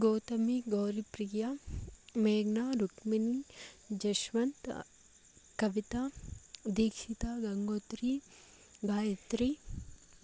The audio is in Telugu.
గౌతమి గౌరిప్రియ మేఘన రుక్మిణి జశ్వంత్ కవిత దీక్షిత గంగోత్రి గాయత్రి